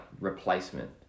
replacement